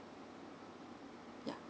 yeah